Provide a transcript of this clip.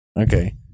Okay